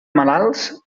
malalts